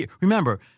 Remember